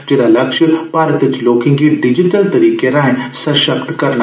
जेह्दा लक्ष्य ऐ भारत च लोकें गी डिजिटिल तरीकें राएं सशक्त करना